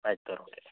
ಆಯ್ತು sir okay